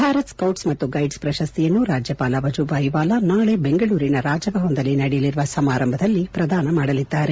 Bharat scouts ಮತ್ತು guides ಪ್ರಶಸ್ತಿಯನ್ನು ರಾಜ್ಯಪಾಲ ವಜೂಬಾಯಿ ವಾಲಾ ನಾಳೆ ಬೆಂಗಳೂರಿನ ರಾಜಭವನದಲ್ಲಿ ನಡೆಯಲಿರುವ ಸಮಾರಂಭದಲ್ಲಿ ಪ್ರದಾನ ಮಾಡಲಿದ್ದಾರೆ